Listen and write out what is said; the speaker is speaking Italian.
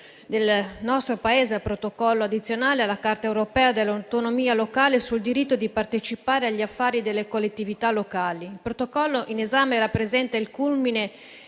del nostro Paese al Protocollo addizionale alla Carta europea dell'autonomia locale sul diritto di partecipare agli affari delle collettività locali. Il Protocollo in esame rappresenta il culmine